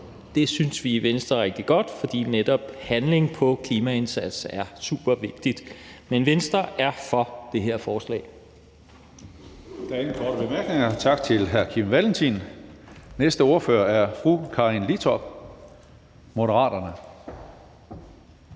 Det synes vi i Venstre er rigtig godt, fordi netop handling på klimaindsats er super vigtigt. Venstre er for det her forslag. Kl. 13:44 Tredje næstformand (Karsten Hønge): Der er ingen korte bemærkninger. Tak til hr. Kim Valentin. Næste ordfører er fru Karin Liltorp, Moderaterne.